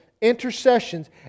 intercessions